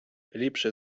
ліпше